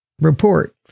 report